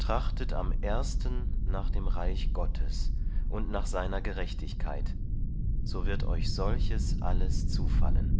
trachtet am ersten nach dem reich gottes und nach seiner gerechtigkeit so wird euch solches alles zufallen